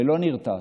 ולא נרתעת.